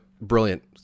brilliant